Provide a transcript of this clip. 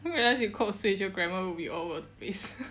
we realise you code switch your grammar will be all over the place